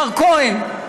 מר כהן.